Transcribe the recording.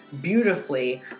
beautifully